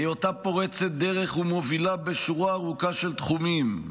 היותה פורצת דרך ומובילה בשורה ארוכה של תחומים,